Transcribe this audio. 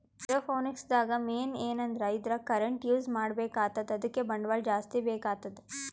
aeroponics ದಾಗ್ main ಏನಂದ್ರ ಇದ್ರಾಗ್ ಕರೆಂಟ್ ಯೂಸ್ ಮಾಡ್ಬೇಕ್ ಆತದ್ ಅದಕ್ಕ್ ಬಂಡವಾಳ್ ಜಾಸ್ತಿ ಬೇಕಾತದ್